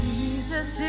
Jesus